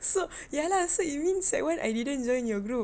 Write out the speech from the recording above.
so ya lah so you mean sec one I didn't join your group